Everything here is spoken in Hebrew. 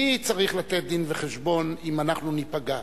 מי צריך לתת דין-וחשבון אם אנחנו ניפגע,